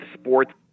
sports